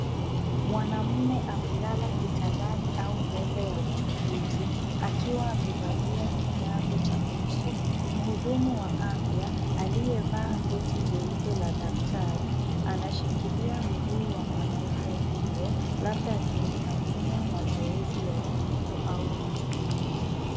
Mwanamme amelala kitandani au meza ya uchunguzi akiwa amevalia kinyago cha uso. Mhudumu wa afya aliyevaa koti jeupe la daktari, anashikilia mguu wa mwanaume huyo, labda akimfanyia mazoezi ya viungo au uchunguzi.